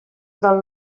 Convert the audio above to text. del